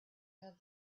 had